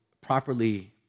properly